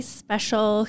special